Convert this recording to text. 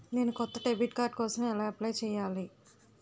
నేను కొత్త debit card కోసం ఎలా అప్లయ్ చేయాలి?